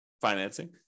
financing